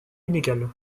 inégales